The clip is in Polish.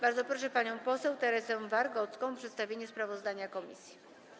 Bardzo proszę panią poseł Teresę Wargocką o przedstawienie sprawozdania komisji.